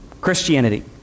Christianity